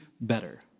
better